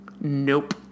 Nope